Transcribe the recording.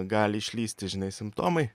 gali išlįsti žinai simptomai